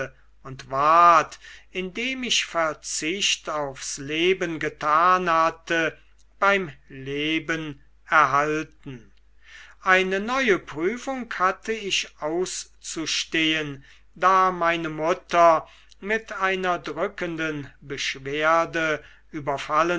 und ward indem ich verzicht aufs leben getan hatte beim leben erhalten eine neue prüfung hatte ich auszustehen da meine mutter mit einer drückenden beschwerde überfallen